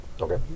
Okay